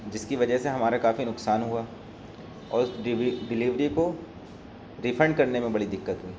جس کی وجہ سے ہمارا کافی نقصان ہوا اور اس ڈلیوری کو ریفنڈ کرنے میں بڑی دقت ہوئی